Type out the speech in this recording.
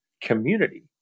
community